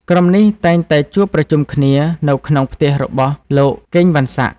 ក្រុមនេះតែងតែជួបប្រជុំគ្នានៅក្នុងផ្ទះរបស់ លោកកេង វ៉ាន់សាក់។